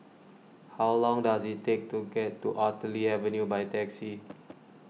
how long does it take to get to Artillery Avenue by taxi